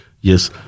yes